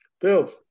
Bill